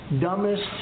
dumbest